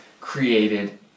created